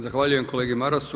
Zahvaljujem kolegi Marasu.